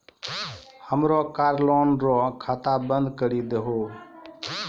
हमरो car loan रो खाता बंद करी दहो